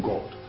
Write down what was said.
God